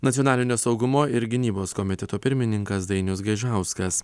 nacionalinio saugumo ir gynybos komiteto pirmininkas dainius gaižauskas